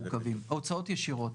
הוצאות ישירות.